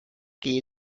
key